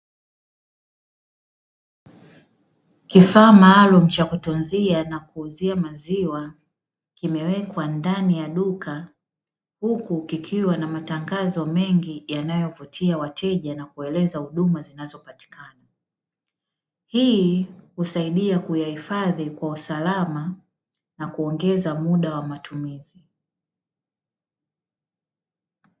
Kifaa maalumu cha kutunzia na kuuzia maziwa, kimewekwa ndani ya duka, huku kikiwa na matangazo mengi yanayovutia wateja na kueleza huduma zinazopatikana. Hii husaidia kuyahifadhi kwa usalama na kuongeza muda wa matumizi.